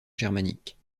germanique